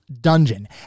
dungeon